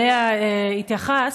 שאליה התייחסת,